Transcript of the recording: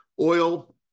Oil